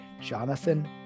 Jonathan